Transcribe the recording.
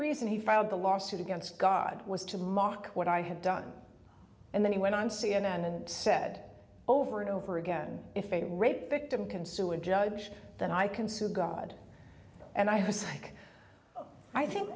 reason he filed the lawsuit against god was to mock what i had done and then he went on c n n and said over and over again if a rape victim can sue and judge then i can sue god and i was like i think